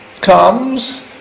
comes